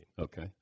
Okay